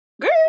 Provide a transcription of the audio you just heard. Girl